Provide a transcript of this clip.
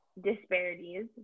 disparities